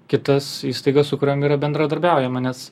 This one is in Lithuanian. kitas įstaigas su kuriom yra bendradarbiaujama nes